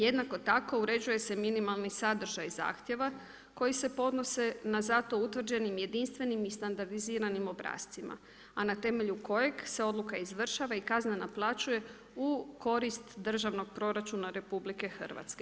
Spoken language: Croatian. Jednako tako uređuje se minimalni sadržaj zahtjeva koji se podnose na zato utvrđenim i jedinstveni i standardiziranim obrascima, a na temelju kojeg se odluka izvršava i kazna naplaćuje u korist državnog proračuna RH.